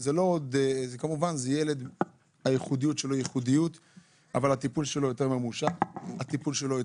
הוא כמו כל ילד שנולד אבל הטיפול בו יותר ממושך וקשה.